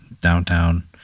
downtown